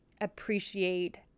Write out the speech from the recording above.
appreciate